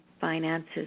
finances